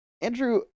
Andrew